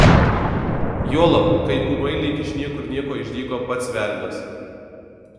juolab kai ūmai lyg iš niekur nieko išdygo pats velnias